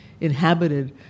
inhabited